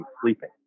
sleeping